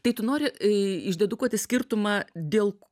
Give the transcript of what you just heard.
tai tu nori išdedukuoti skirtumą dėl